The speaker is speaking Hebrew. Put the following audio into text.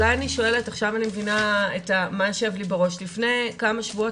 עכשיו אני מבינה מה יושב לי בראש: לפני כמה שבועות